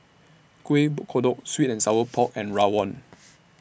Kuih Kodok Sweet and Sour Pork and Rawon